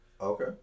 Okay